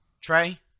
Trey